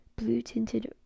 blue-tinted